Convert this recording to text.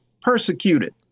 persecuted